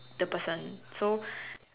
the person so